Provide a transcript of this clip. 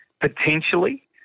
potentially